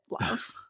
love